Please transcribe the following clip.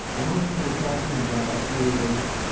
um ah we're talking about is,